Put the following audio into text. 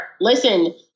Listen